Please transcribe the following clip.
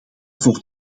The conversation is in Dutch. voor